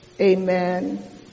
Amen